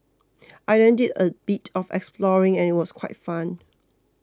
I then did a bit of exploring and it was quite fun